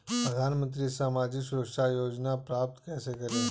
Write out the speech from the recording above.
प्रधानमंत्री सामाजिक सुरक्षा योजना प्राप्त कैसे करें?